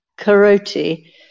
Karoti